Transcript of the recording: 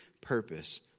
purpose